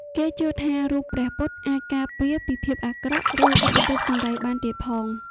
គេជឿថារូបព្រះពុទ្ធអាចការពារពីភាពអាក្រក់ ឬឧបទ្រុពចង្រៃបានទៀតផង។